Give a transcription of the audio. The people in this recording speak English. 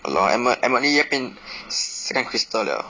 !walao! emi~ emily 要变 second crystal 了